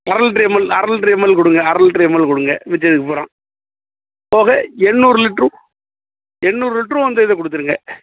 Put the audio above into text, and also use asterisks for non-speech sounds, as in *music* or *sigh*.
அரை litre ML அரை litre ML கொடுங்க அரை லிட்ரு எம்எல் கொடுங்க *unintelligible* போக எண்நூறு லிட்ரும் எண்நூறு லிட்ரும் அந்த இதை கொடுத்துருங்க